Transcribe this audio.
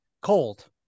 cold